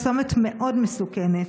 הוא צומת מאוד מסוכן.